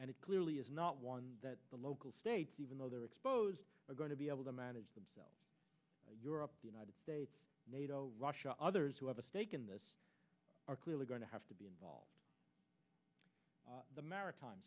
and it clearly is not one that the local states even though they are exposed are going to be able to manage themselves europe the united states nato russia others who have a stake in this are clearly going to have to be involved the maritime